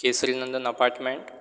Kesari Nandan apartment